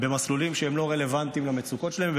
-- במסלולים שהם לא רלוונטיים למצוקות שלהם,